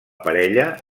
parella